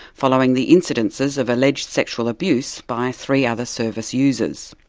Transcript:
following the incidences of alleged sexual abuse by three other service users.